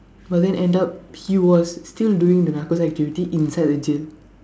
but then end up he was still doing the narcos activities inside the jail